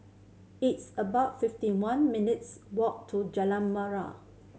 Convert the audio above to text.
it's about fifty one minutes' walk to Jalan Murai